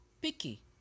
Picky